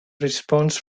response